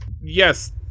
yes